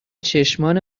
چشمان